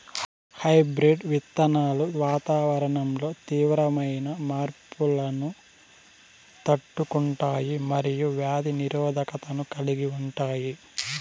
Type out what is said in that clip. hybrid విత్తనాలు వాతావరణంలో తీవ్రమైన మార్పులను తట్టుకుంటాయి మరియు వ్యాధి నిరోధకతను కలిగి ఉంటాయి